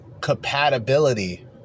compatibility